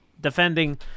defending